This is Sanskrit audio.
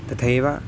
तथैव